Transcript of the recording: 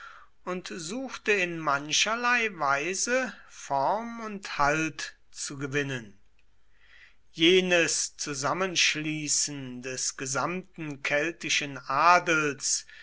und suchte in mancherlei weise form und halt zu gewinnen jenes zusammenschließen des gesamten keltischen adels